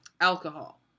alcohol